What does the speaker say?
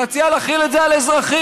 תציע להחיל את זה על אזרחים.